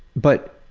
but,